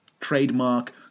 trademark